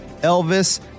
Elvis